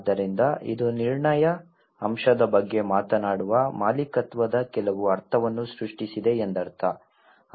ಆದ್ದರಿಂದ ಇದು ನಿರ್ವಹಣೆಯ ಅಂಶದ ಬಗ್ಗೆ ಮಾತನಾಡುವ ಮಾಲೀಕತ್ವದ ಕೆಲವು ಅರ್ಥವನ್ನು ಸೃಷ್ಟಿಸಿದೆ ಎಂದರ್ಥ